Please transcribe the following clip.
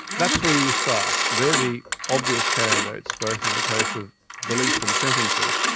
that's where you start. they're the obvious candidates, both in the case of belief in sentences,